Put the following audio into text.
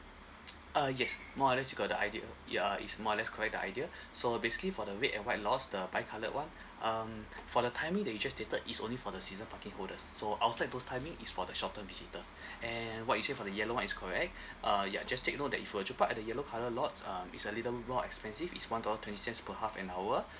uh yes more or less you got the idea yeah uh it's more or less correct the idea so basically for the red and white lots the bi coloured one um for the timing they just stated it's only for the season parking holders so outside those timing it's for the short term visitors and what you said for the yellow one is correct uh yeah just take note that if you were to park at the yellow colour lots um it's a little more expensive it's one dollar twenty cents per half an hour